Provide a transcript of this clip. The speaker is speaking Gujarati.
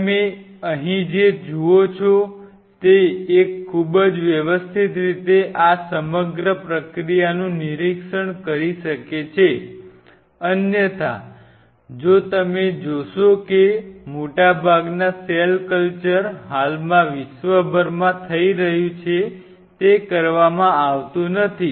તમે અહીં જે જુઓ છો તે એક ખૂબ જ વ્યવસ્થિત રીતે આ સમગ્ર પ્રક્રિયાનું નિરીક્ષણ કરી શકે છે અન્યથા જો તમે જોશો કે મોટાભાગના સેલ કલ્ચર હાલમાં વિશ્વભરમાં થઈ રહ્યું છે તે કરવામાં આવતું નથી